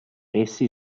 essi